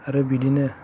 आरो बिदिनो